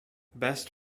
best